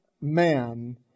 man